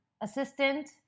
assistant